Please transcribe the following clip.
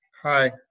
Hi